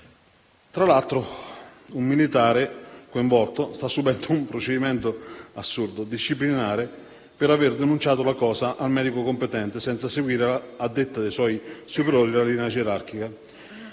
Tra l'altro, un militare coinvolto sta subendo un assurdo procedimento disciplinare per aver denunciato la cosa al medico competente, senza seguire, a detta dei suoi superiori, la linea gerarchica.